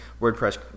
WordPress